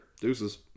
Deuces